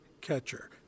catcher